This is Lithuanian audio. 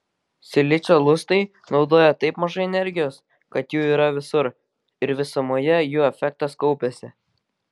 silicio lustai naudoja taip mažai energijos kad jų yra visur ir visumoje jų efektas kaupiasi